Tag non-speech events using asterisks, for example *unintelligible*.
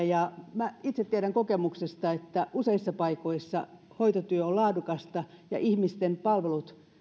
*unintelligible* ja itse tiedän kokemuksesta että useissa paikoissa hoitotyö on laadukasta ja ihmisten palvelut